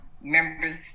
members